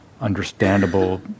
understandable